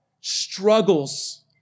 struggles